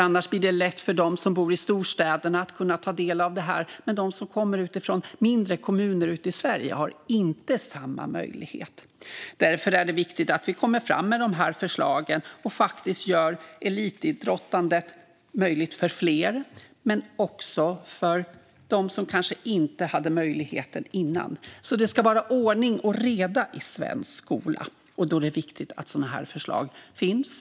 Annars blir det lätt för dem som bor i storstäderna att ta del av detta, men de som kommer utifrån, från mindre kommuner ute i Sverige, har inte samma möjlighet. Därför är det viktigt att vi kommer fram med de här förslagen och gör elitidrottandet möjligt för fler, men också för dem som kanske inte hade möjligheten tidigare. Det ska vara ordning och reda i svensk skola, och då är det viktigt att sådana här förslag finns.